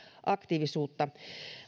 aktiivisuutta